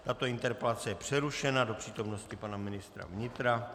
Tato interpelace je přerušena do přítomnosti pana ministra vnitra.